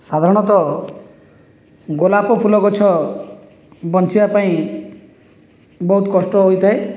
ସାଧାରଣତଃ ଗୋଲାପ ଫୁଲ ଗଛ ବଞ୍ଚିବା ପାଇଁ ବହୁତ କଷ୍ଟ ହୋଇଥାଏ